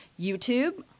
YouTube